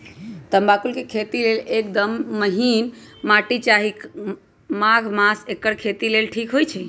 तमाकुल के खेती लेल एकदम महिन माटी चाहि माघ मास एकर खेती लेल ठीक होई छइ